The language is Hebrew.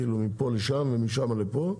כאילו מפה לשם ומשם לפה.